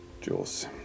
Jules